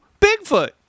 Bigfoot